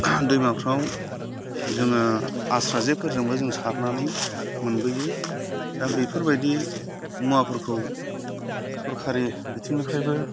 दैमाफ्राव जोङो आस्रा जेफोरजोंबो जों सारनानै मोनबोयो दा बेफोरबायदि मुवाफोरखौ सोरखारि बिथिंनिफ्रायबो